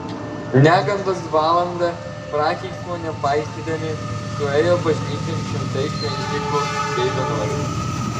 negandos valandą prakeiksmo nepaisydami suėjo bažnyčion šimtai šventikų bei vienuolių